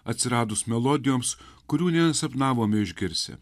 atsiradus melodijoms kurių nesapnavome išgirsi